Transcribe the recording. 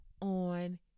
on